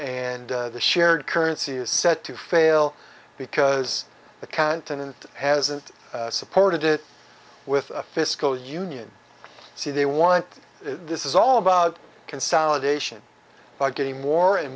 and the shared currency is said to fail because the continent hasn't supported it with a fiscal union see they want this is all about consolidation by getting more and